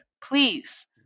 please